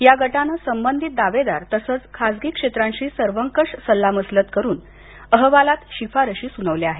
या गटानं संबंधित दावेदार तसंच खासगी क्षेत्राशी सर्वंकष सल्लामसलत करून अहवालात शिफारशी सुचवल्या आहेत